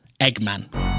Eggman